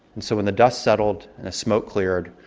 and so when the dust settled, and the smoke cleared,